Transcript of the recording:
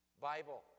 Bible